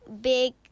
big